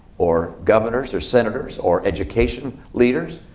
or governors, or senators, or education leaders,